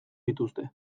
dituzte